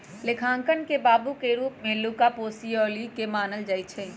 लेखांकन के बाबू के रूप में लुका पैसिओली के मानल जाइ छइ